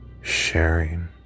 sharing